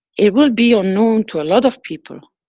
it will be unknown to a lot of people.